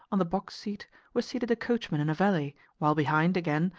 on the box seat, were seated a coachman and a valet, while behind, again,